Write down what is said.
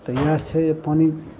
तऽ इएह छै जे पानि